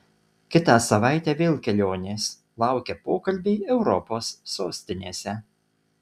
kitą savaitę vėl kelionės laukia pokalbiai europos sostinėse